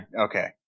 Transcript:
Okay